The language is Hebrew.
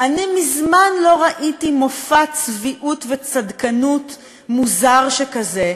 אני מזמן לא ראיתי מופע צביעות וצדקנות מוזר שכזה,